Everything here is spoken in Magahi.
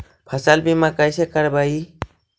फसल बीमा कैसे करबइ?